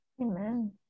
amen